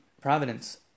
providence